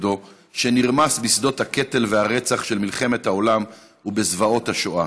כבודו שנרמס בשדות הקטל והרצח של מלחמת העולם ובזוועות השואה.